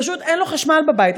פשוט אין לו חשמל בבית.